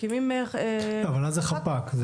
מקימים חפ"ק.